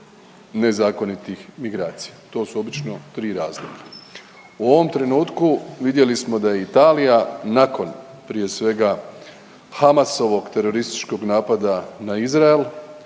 nezakonitih migracija. To su obično 3 razloga. U ovom trenutku vidjeli smo da je Italija, nakon, prije svega Hamasovog terorističkog napada na Izrael,